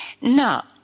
Now